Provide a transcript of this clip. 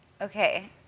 Okay